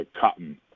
cotton